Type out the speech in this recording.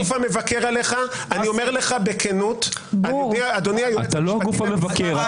אני הגוף המבקר עליך ואני אומר לך בכנות --- אתה לא הגוף המבקר.